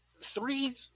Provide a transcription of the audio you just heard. three